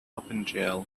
opengl